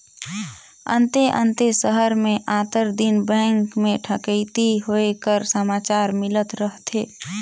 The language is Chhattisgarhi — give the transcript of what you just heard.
अन्ते अन्ते सहर में आंतर दिन बेंक में ठकइती होए कर समाचार मिलत रहथे